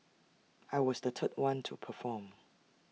I was the third one to perform